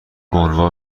گنوا